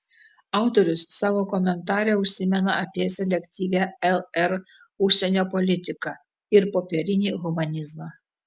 autorius savo komentare užsimena apie selektyvią lr užsienio politiką ir popierinį humanizmą